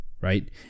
right